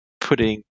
putting